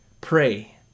Pray